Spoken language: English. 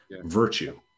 virtue